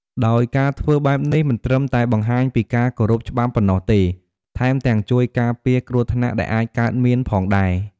ដោយការធ្វើបែបនេះមិនត្រឹមតែបង្ហាញពីការគោរពច្បាប់ប៉ុណ្ណោះទេ ថែមទាំងជួយការពារគ្រោះថ្នាក់ដែលអាចកើតមានផងដែរ។